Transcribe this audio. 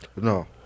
No